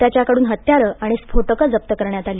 त्याच्याकडून हत्यारं आणि स्फेटकं जप्त करण्यात आली